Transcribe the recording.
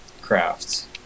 Crafts